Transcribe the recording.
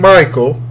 Michael